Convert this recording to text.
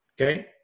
okay